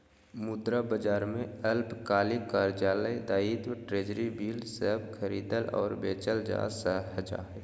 मुद्रा बाजार में अल्पकालिक कार्यकाल दायित्व ट्रेज़री बिल सब खरीदल और बेचल जा हइ